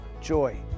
joy